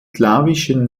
slawischen